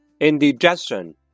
Indigestion